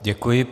Děkuji.